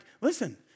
listen